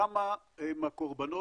כמה הם הקורבנות,